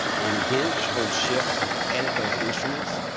and again, hold shift to edit those instruments.